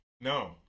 No